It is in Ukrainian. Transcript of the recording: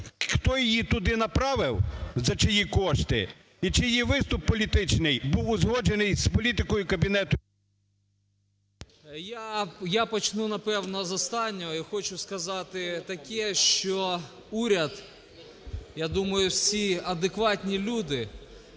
Хто її туди направив, за чиї кошти? І чи її виступ політичний був узгоджений з політикою Кабінету… 10:50:03 РОЗЕНКО П.В. Я почну, напевно, з останнього. Я хочу сказати таке, що уряд, я думаю, всі адекватні люди